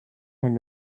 wenn